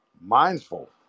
mindful